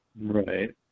Right